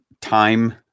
time